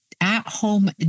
at-home